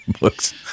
books